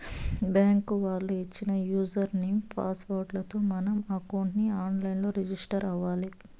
bank వాళ్ళు ఇచ్చిన user name, password లతో మనం అకౌంట్ ని ఆన్ లైన్ లో రిజిస్టర్ అవ్వాలి